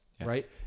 right